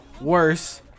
worse